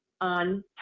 on